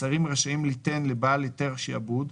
השרים רשאים ליתן לבעל היתר שעבוד,